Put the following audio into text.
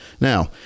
Now